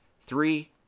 Three